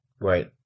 Right